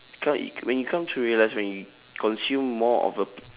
when you come to realise when you consume more of a